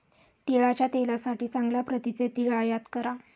तिळाच्या तेलासाठी चांगल्या प्रतीचे तीळ आयात करा